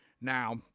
now